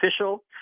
official